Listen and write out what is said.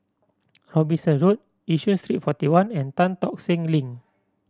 Robinson Road Yishun Street Forty One and Tan Tock Seng Link